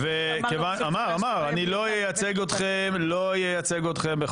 קודם כול, אני מודה שאני מופתע מאוד מאוד.